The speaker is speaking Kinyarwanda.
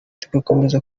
tugakomeza